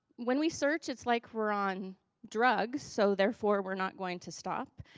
when we search, its like we're on drugs, so therefore we're not going to stop.